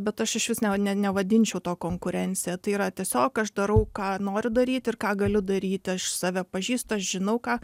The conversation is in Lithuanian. bet aš išvis ne nevadinčiau to konkurencija tai yra tiesiog aš darau ką noriu daryti ir ką galiu daryti aš save pažįstu aš žinau ką